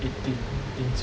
一点一点九